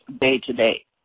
day-to-day